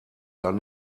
dann